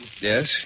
Yes